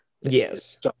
yes